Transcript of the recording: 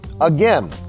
again